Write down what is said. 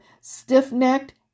stiff-necked